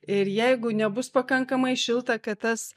ir jeigu nebus pakankamai šilta kad tas